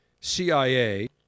CIA